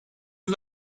yüz